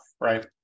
right